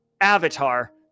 avatar